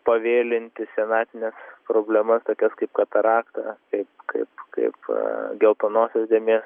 pavėlinti senatvines problemas tokias kaip katarakta kaip kaip kaip geltonosios dėmės